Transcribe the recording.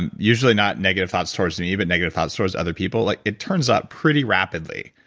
and usually not negative thoughts towards me, but negative thoughts towards other people, like it turns up pretty rapidly.